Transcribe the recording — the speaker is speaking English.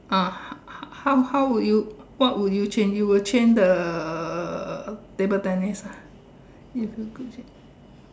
ah h~ h~ how how would you what would you change you will change the table tennis ah if you could change